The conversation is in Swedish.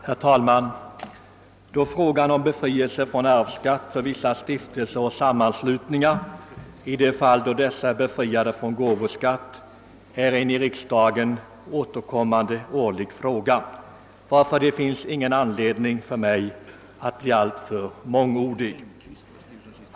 Herr talman! Då frågan om befrielse från arvsskatt för vissa stiftelser och sammanslutningar, som är befriade från gåvoskatt, är en i riksdagen årligen återkommande fråga, finns det ingen anledning för mig att bli alltför mångordig.